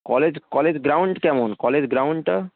college college ground কেমন college গ্রাউন্ডটা